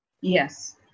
Yes